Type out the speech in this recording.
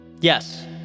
Yes